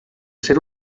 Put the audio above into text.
ser